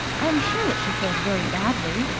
i am sure that she feels very badly,